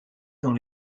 dans